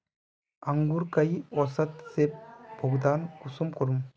अंकूर कई औसत से भुगतान कुंसम करूम?